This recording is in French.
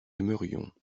aimerions